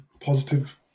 positive